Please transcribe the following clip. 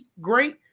great